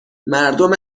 مردم